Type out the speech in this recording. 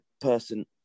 person